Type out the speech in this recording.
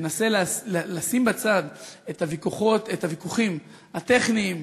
ננסה לשים בצד את הוויכוחים הטכניים,